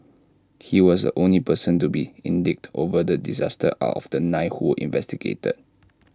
he was the only person to be indicted over the disaster out of the nine who were investigated